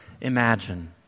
imagine